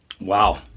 Wow